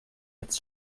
its